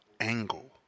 angle